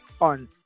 on